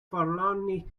forlornly